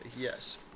yes